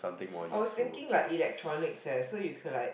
I was thinking like electronics eh so you could like